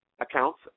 accounts